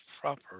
proper –